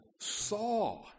saw